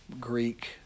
Greek